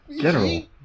General